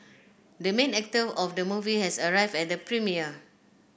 the main actor of the movie has arrived at the premiere